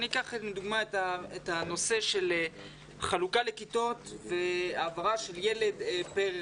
אני אקח כדוגמה את הנושא של חלוקה לכיתות והעברה של ילד פר